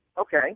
Okay